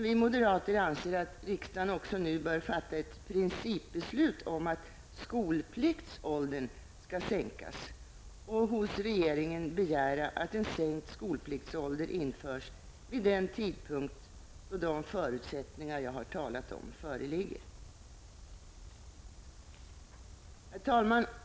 Vi moderater anser att riksdagen också nu bör fatta ett principbeslut om att skolpliktsåldern skall sänkas och hos regeringen begära att en sänkt skolpliktsålder införs vid den tidpunkt då de förutsättningar jag har talat om föreligger. Herr talman!